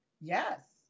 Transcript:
Yes